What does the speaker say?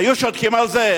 היו שותקים על זה?